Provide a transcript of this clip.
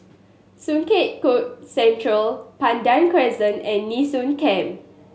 Sungei Kadut Central Pandan Crescent and Nee Soon Camp